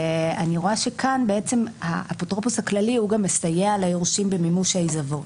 אני רואה שכאן האפוטרופוס הכללי גם מסייע ליורשים במימוש העיזבון.